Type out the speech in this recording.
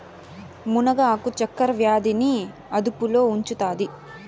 మునగ ఆకు చక్కర వ్యాధి ని అదుపులో ఉంచుతాది